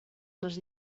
les